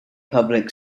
public